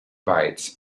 weiz